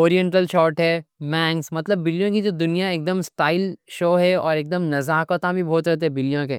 اورینٹل شارٹ ہیئر، مینکس، مطلب بلیوں کی جو دنیا اگدم اسٹائل شو ہے، اور اگدم نزاکت بھی بہت رہتی بلیوں کے۔